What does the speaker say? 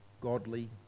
godly